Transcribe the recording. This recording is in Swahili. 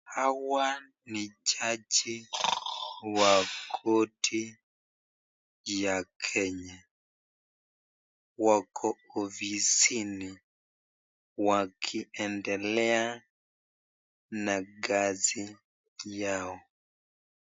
Hawa ni jaji wa koti ya Kenya. Wako ofisini wakiendelea na kazi yao.